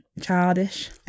childish